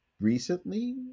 recently